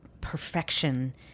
perfection